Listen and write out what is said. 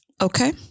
Okay